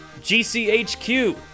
GCHQ